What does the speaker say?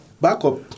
backup